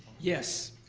yes.